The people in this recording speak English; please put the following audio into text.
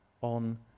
on